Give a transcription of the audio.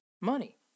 money